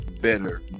better